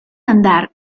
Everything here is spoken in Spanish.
andar